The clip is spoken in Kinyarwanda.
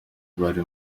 bari